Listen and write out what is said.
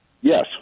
Yes